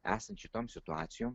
esant šitom situacijom